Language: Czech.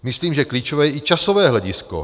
Myslím, že klíčové je i časové hledisko.